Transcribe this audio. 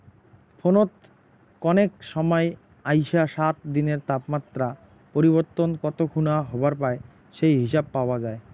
ফোনত কনেক সমাই আইসা সাত দিনের তাপমাত্রা পরিবর্তন কত খুনা হবার পায় সেই হিসাব পাওয়া যায়